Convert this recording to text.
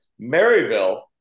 Maryville